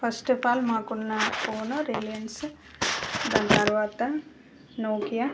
first of all మాకున్న phone Reliance దానితర్వాత Nokia